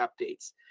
updates